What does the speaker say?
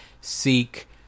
seek